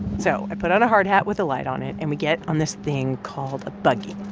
so i put on a hard hat with a light on it, and we get on this thing called a buggy.